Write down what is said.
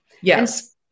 Yes